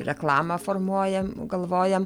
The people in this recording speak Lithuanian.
reklamą formuojam galvojam